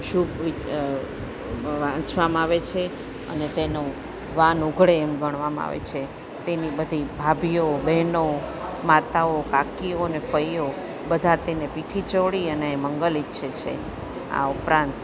શુભ વિ વાંચવામાં આવે છે અને તેનો વાન ઉઘડે એમ ગણવામાં આવે છે તેની બધી ભાભીઓ બહેનો માતાઓ કાકીઓને ફઈઓ બધા તેને પીઠી ચોળી અને મંગલ ઈચ્છે છે આ ઉપરાંત